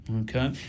Okay